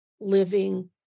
living